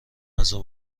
غذا